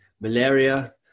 malaria